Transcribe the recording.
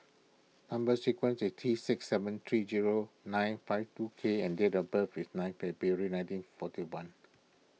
Number Sequence is T six seven three zero nine five two K and date of birth is ninth February nineteen forty one